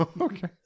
Okay